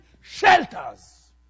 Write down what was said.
shelters